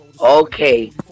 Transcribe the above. Okay